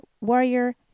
warrior